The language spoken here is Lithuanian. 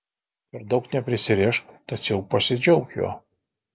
per daug neprisirišk tačiau pasidžiauk juo